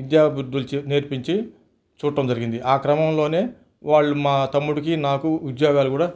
విద్యాబుద్ధులు చె నేర్పించి చూడటం జరిగింది ఆ క్రమములోనే వాళ్ళు మా తమ్ముడికి నాకు ఉద్యోగాలు కూడా